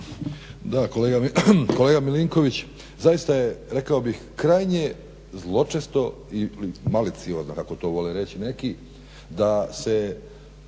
Da kolega Milinković zaista je rekao bih krajnje zločesto ili maliciozno kako to vole reći neki da se